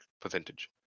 percentage